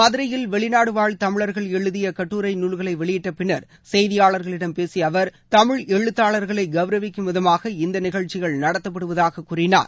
மதுரையில் வெளிநாடு வாழ் தமிழர்கள் எழுதிய கட்டுரை நூல்களை வெளியிட்ட பின்னர் செய்தியாளர்களிடம் பேசிய அவர் தமிழ் எழுத்தாளர்களை கவுரவிக்கும் விதமாக இந்த நிகழ்ச்சிகள் நடத்தப்படுவதாக கூறினார்